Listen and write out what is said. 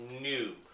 new